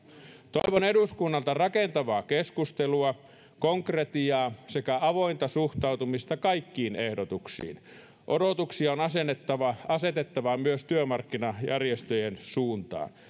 toivon eduskunnalta rakentavaa keskustelua konkretiaa sekä avointa suhtautumista kaikkiin ehdotuksiin odotuksia on asetettava asetettava myös työmarkkinajärjestöjen suuntaan